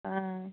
অঁ